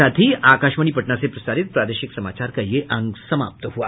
इसके साथ ही आकाशवाणी पटना से प्रसारित प्रादेशिक समाचार का ये अंक समाप्त हुआ